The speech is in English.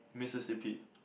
Mississippi